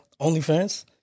OnlyFans